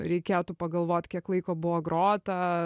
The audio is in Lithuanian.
reikėtų pagalvot kiek laiko buvo grota